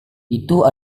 itu